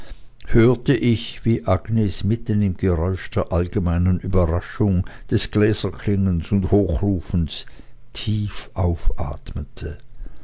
hörte ich wie agnes mitten im geräusch der allgemeinen überraschung des gläserklingens und hochrufens tief aufatmete